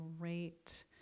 great